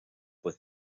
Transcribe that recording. with